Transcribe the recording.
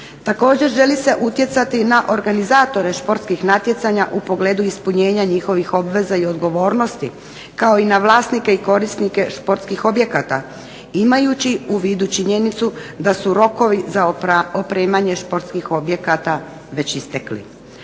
Također želi se utjecati na organizatore športskih natjecanja u pogledu ispunjenja njihovih obveza i odgovornosti kao i na vlasnike i korisnika športskih objekata imajući u vidu činjenicu da su rokovi za opremanje športskih objekata već istekli.